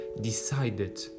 decided